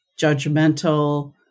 judgmental